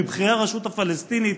מבכירי הרשות הפלסטינית,